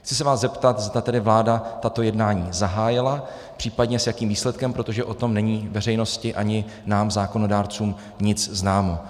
Chci se vás zeptat, zda tedy vláda tato jednání zahájila, případně s jakým výsledkem, protože o tom není veřejnosti ani nám zákonodárcům nic známo.